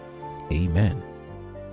Amen